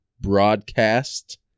broadcast